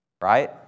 Right